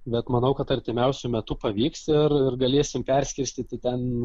bet manau kad artimiausiu metu pavyks ir ir galėsim perskirstyti ten